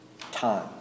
time